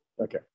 Okay